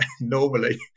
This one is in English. normally